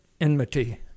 enmity